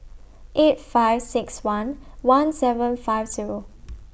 eight five six one one seven five Zero